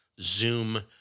Zoom